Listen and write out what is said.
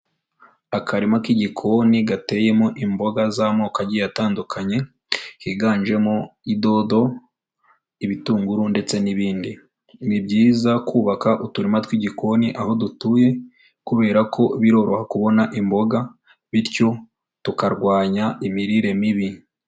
Akarima k'igikoni gateyemo imboga z'amoko agiye atandukanye higanjemo idodo, ibitunguru ndetse n'ibindi, ni byiza kubaka uturima tw'igikoni aho dutuye, kubera ko biroroha kubona imboga bityo tukarwanya imirire mibi.